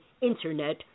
internet